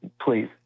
Please